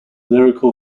lyrical